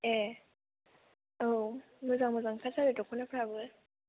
ए औ मोजां मोजां ओंखार थारो दख'नाफ्राबो